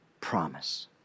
promise